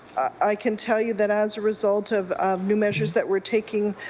i can tell you that as a result of new measures that were taking